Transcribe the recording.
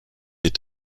est